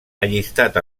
allistat